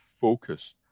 focus